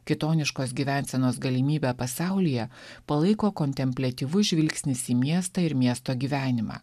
kitoniškos gyvensenos galimybę pasaulyje palaiko kontempliatyvus žvilgsnis į miestą ir miesto gyvenimą